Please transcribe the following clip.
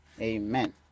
Amen